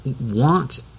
want